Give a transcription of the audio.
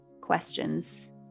questions